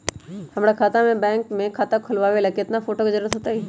हमरा के बैंक में खाता खोलबाबे ला केतना फोटो के जरूरत होतई?